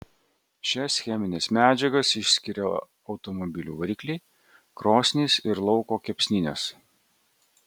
šias chemines medžiagas išskiria automobilių varikliai krosnys ir lauko kepsninės